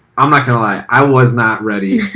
i'm not gonna lie, i was not ready.